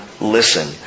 listen